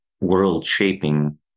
world-shaping